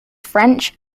french